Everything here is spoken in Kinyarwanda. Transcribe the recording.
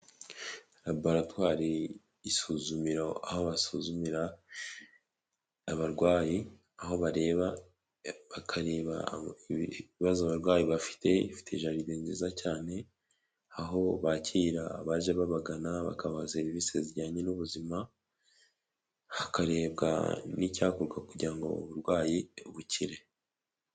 Raboratwari y'isuzumiro aho basuzumira abarwayi, aho bareba bakareba ibibazo abarwayi bafite, ifite jaride nziza cyane, aho bakira abaje babagana bakabaha serivisi zijyanye n'ubuzima, hakarebwa n'icyakorwa kugira ngo uburwayi bukire.